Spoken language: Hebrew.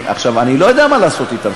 עכשיו, אני לא יודע מה לעשות אתן.